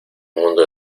mundo